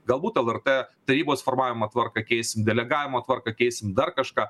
galbūt lrt tarybos formavimo tvarką keisim delegavimo tvarką keisim dar kažką